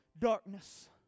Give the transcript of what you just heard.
darkness